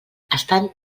estan